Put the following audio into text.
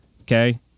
Okay